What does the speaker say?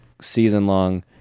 season-long